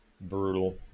brutal